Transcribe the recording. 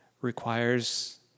requires